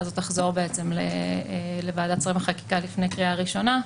הזאת תחזור לוועדת שרים לחקיקה לפני קריאה ראשונה.